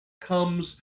comes